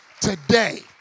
today